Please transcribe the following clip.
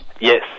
Yes